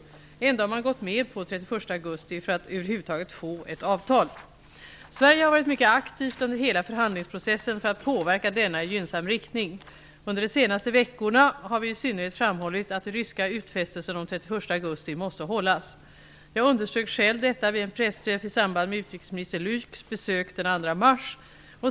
Ändå har man gått med på den 31 augusti för att över huvud taget få ett avtal. Sverige har varit mycket aktivt under hela förhandlingsprocessen för att påverka denna i gynnsam riktning. Under de senaste veckorna har vi i synnerhet framhållit att den ryska utfästelsen om den 31 augusti måste hållas. Jag underströk själv detta vid en pressträff i samband med utrikesminister Luiks besök den 2 mars.